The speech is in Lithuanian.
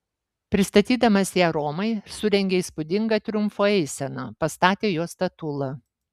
pristatydamas ją romai surengė įspūdingą triumfo eiseną pastatė jos statulą